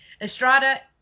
Estrada